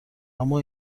اما